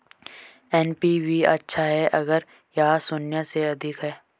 NPV अच्छा है अगर यह शून्य से अधिक है